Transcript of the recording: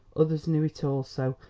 others knew it also,